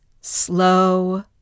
slow